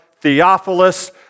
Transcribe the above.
Theophilus